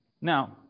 Now